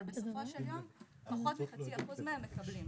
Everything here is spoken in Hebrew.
אבל בסופו של יום פחות מחצי אחוז מהם מקבלים.